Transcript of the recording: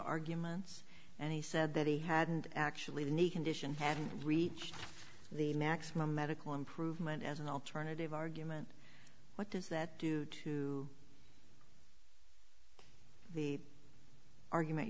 arguments and he said that he hadn't actually need condition hadn't reached the maximum medical improvement as an alternative argument what does that do to the argument